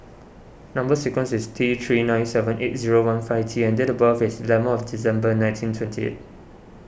Number Sequence is T three nine seven eight zero one five T and date of birth is eleven of December nineteen twenty eight